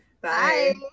bye